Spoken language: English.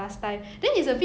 oh